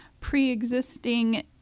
pre-existing